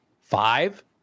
five